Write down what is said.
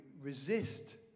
resist